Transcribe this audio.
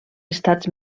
estats